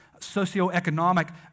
socioeconomic